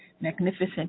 magnificent